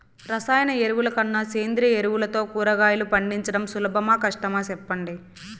రసాయన ఎరువుల కన్నా సేంద్రియ ఎరువులతో కూరగాయలు పండించడం సులభమా కష్టమా సెప్పండి